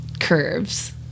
curves